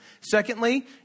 Secondly